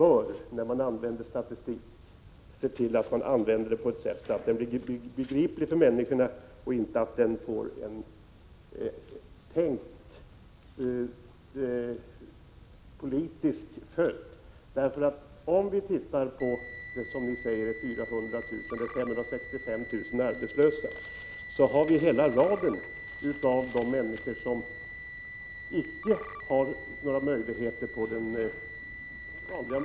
När man använder statistik bör man se till att det blir begripligt för människorna och inte använda den bara för att den skall få en viss tänkt politisk följd. I den siffra 25 som ni nämner, 565 000 arbetslösa, innefattas hela raden av de kategorier som icke har några möjligheter på den vanliga arbetsmarknaden.